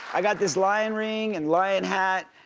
i got this lion ring and lion hat,